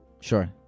Sure